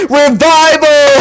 revival